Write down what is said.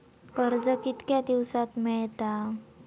कर्ज कितक्या दिवसात मेळता?